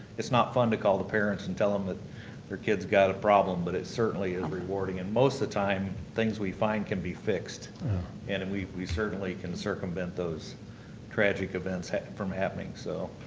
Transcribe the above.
it's not fun to call the parents and tell them that their kid's got a problem but it certainly is and rewarding. and most of the time, things we find can be fixed and and we we certainly can circumvent those tragic events from happening. so